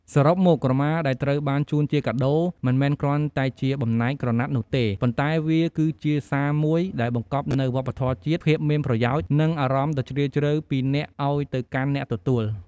សរុបមក ក្រមាដែលត្រូវបានជូនជាកាដូ មិនមែនគ្រាន់តែជាបំណែកក្រណាត់នោះទេ ប៉ុន្តែវាគឺជា សារមួយដែលបង្កប់នូវវប្បធម៌ជាតិ ភាពមានប្រយោជន៍ និងអារម្មណ៍ដ៏ជ្រាលជ្រៅ ពីអ្នកឲ្យទៅកាន់អ្នកទទួល។